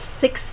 six